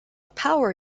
power